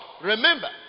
Remember